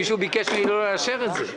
מישהו ביקש ממני לא לאשר את זה.